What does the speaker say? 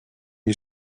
you